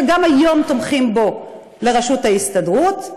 שגם היום תומכים בו לראשות ההסתדרות.